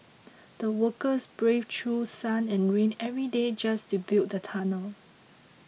the workers braved through sun and rain every day just to build the tunnel